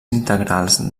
integrals